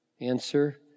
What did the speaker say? Answer